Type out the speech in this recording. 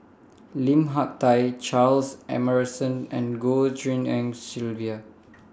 Lim Hak Tai Charles Emmerson and Goh Tshin En Sylvia